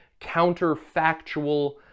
counterfactual